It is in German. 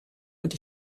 und